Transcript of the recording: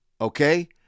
Okay